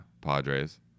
Padres